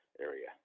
area